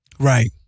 Right